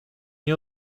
nie